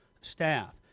staff